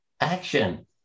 action